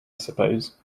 suppose